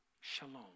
shalom